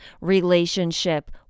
relationship